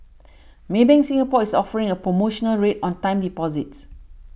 Maybank Singapore is offering a promotional rate on time deposits